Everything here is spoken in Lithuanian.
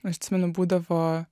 aš atsimenu būdavo